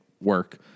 work